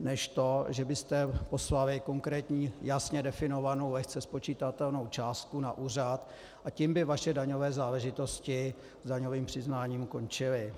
než to, že byste poslali konkrétní, jasně definovanou, lehce spočitatelnou částku na úřad, a tím by vaše daňové záležitosti s daňovým přiznáním končily.